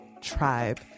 Tribe